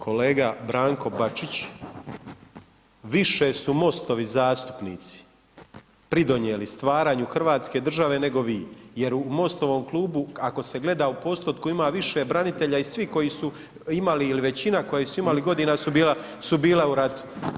Kolega Branko Bačić, više su MOST-ovi zastupnici pridonijeli stvaranju Hrvatske države nego vi, jer u MOST-ovom klubu ako se gleda u postotku ima više branitelja i svih koju su imali ili većina koji su imali godina su bila u ratu.